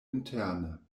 interne